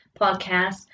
podcast